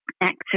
access